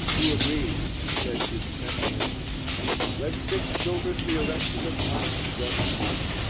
he agreed, and said to the sentinel let six children be arrested at once and brought to me.